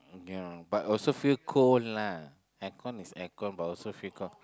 ya but also feel cold lah air con is air con but also feel cold